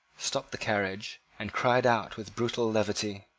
stopped the carriage, and cried out with brutal levity,